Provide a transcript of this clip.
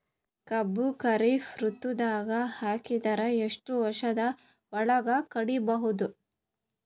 ಕಬ್ಬು ಖರೀಫ್ ಋತುದಾಗ ಹಾಕಿದರ ಎಷ್ಟ ವರ್ಷದ ಒಳಗ ಕಡಿಬಹುದು?